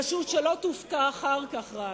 פשוט שלא תופתע אחר כך רק,